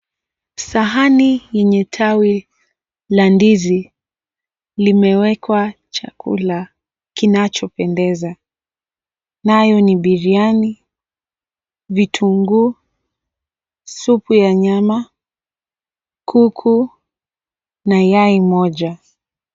Sahani lenye tawi la ndizi limewekwa chakula kinachopendeza nayo ni biriani, vitunguu, supu ya nyama, kuku na yai moja.